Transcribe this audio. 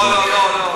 לא לא לא,